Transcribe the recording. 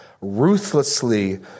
Ruthlessly